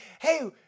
hey